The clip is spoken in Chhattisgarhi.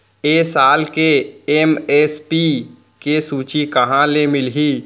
ए साल के एम.एस.पी के सूची कहाँ ले मिलही?